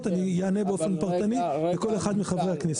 אענה פרטנית ליתר השאלות של כל אחד מחברי הכנסת.